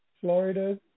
Florida